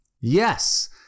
yes